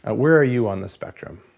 ah where are you on the spectrum?